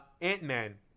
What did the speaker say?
Ant-Man